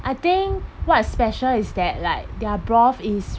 I think what's special is that like their broth is